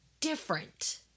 different